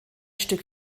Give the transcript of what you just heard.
stück